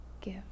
Give